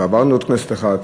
ועברנו עוד כנסת אחת,